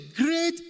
great